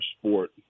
sport